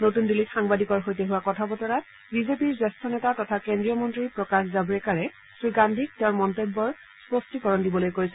নতুন দিল্লীত সাংবাদিকৰ সৈতে হোৱা কথা বতৰাত বিজেপিৰ জ্যেষ্ঠ নেতা তথা কেন্দ্ৰীয় মন্ত্ৰী প্ৰকাশ জাম্ৰেকাৰে শ্ৰী গান্ধীক তেওঁৰ মন্তব্যৰ স্পষ্টীকৰণ দিবলৈ কৈছে